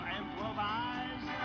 Improvise